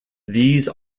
these